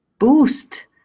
Boost